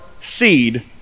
seed